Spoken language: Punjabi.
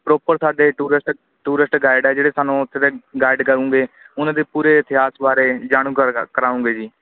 ਪ੍ਰੋਪਰ ਸਾਡੇ ਟੂਰਿਸਟ ਟੂਰਿਸਟ ਗਾਈਡ ਆ ਜਿਹੜੇ ਸਾਨੂੰ ਉੱਥੇ ਦੇ ਗਾਈਡ ਕਰੂਗੇਂ ਉਹਨਾਂ ਦੇ ਪੂਰੇ ਇਤਿਹਾਸ ਬਾਰੇ ਜਾਣੂ ਕਰਾਉਂਗੇ ਜੀ